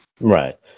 Right